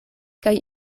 kaj